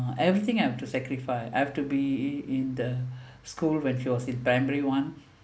everything I have to sacrifice I have to be in the school when she was in primary one